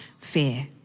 fear